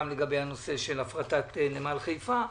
גם לגבי הנושא של הפרטת נמל חיפה.